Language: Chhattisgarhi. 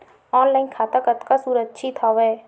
ऑनलाइन खाता कतका सुरक्षित हवय?